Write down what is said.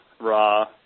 raw